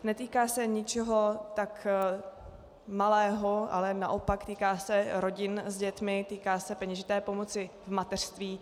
Netýká se ničeho tak malého, ale naopak, týká se rodin s dětmi, týká se peněžité pomoci v mateřství.